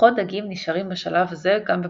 מוחות דגים נשארים בשלב זה גם בבגרותם.